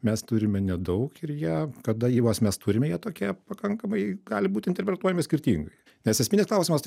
mes turime nedaug ir jie kada juos mes turime jie tokie pakankamai gali būti interpretuojami skirtingai nes esminis klausimas